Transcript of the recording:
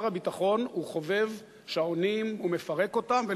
שר הביטחון הוא חובב שעונים ומפרק אותם,